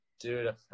dude